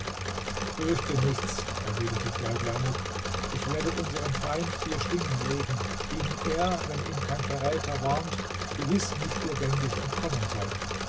fürchte nichts erwiderte djaldjamuk ich werde unserem feind vier schlingen legen denen er wenn ihn kein verräter warnt gewiß nicht lebendig entkommen soll